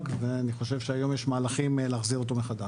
ואני חושב שהיום יש מהלכים להחזיר אותו מחדש.